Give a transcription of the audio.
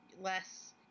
less